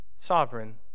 sovereign